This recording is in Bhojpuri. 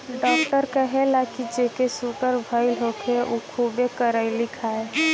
डॉक्टर कहेला की जेके सुगर भईल होखे उ खुबे करइली खाए